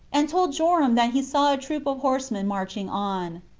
and told joram that he saw a troop of horsemen marching on.